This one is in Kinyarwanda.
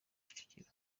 kicukiro